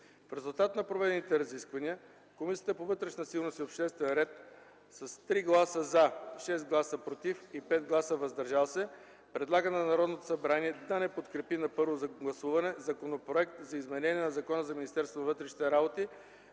В резултат на проведените разисквания Комисията по вътрешна сигурност и обществен ред с 3 гласа „за”, 6 гласа „против” и с 5 гласа „въздържал се” предлага на Народното събрание да не подкрепи на първо гласуване Законопроект за изменение на Закона за Министерството на вътрешните работи,